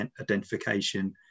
identification